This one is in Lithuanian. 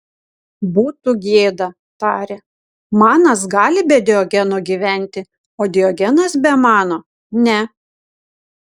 būtų gėda tarė manas gali be diogeno gyventi o diogenas be mano ne